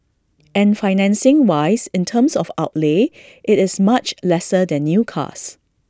and financing wise in terms of outlay IT is much lesser than new cars